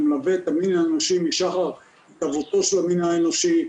זה מלווה את המין האנושי משחר המין האנושי,